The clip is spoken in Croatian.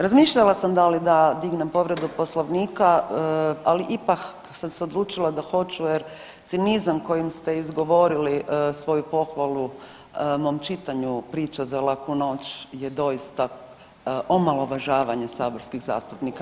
Razmišljala sam da li da dignem povredu Poslovnika, ali ipak sam se odlučila da hoću jer cinizam kojim ste izgovorili svoju pohvalu mom čitanju priče za laku noć je doista omalovažavanje saborskih zastupnika.